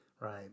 right